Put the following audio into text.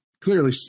clearly